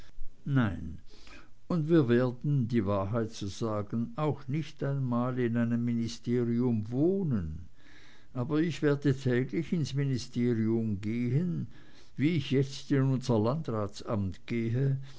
nein und wir werden die wahrheit zu sagen auch nicht einmal in einem ministerium wohnen aber ich werde täglich ins ministerium gehen wie ich jetzt in unser landratsamt gehe